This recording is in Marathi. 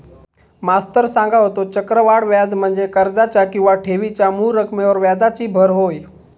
मास्तर सांगा होतो, चक्रवाढ व्याज म्हणजे कर्जाच्या किंवा ठेवीच्या मूळ रकमेवर व्याजाची भर होय